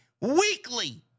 weekly